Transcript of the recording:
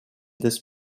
this